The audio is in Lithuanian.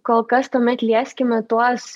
kol kas tuomet lieskime tuos